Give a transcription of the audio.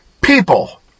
people